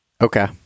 Okay